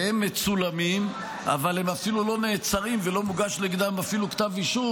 והם מצולמים אבל הם אפילו לא נעצרים ולא מוגש נגדם אפילו כתב אישום,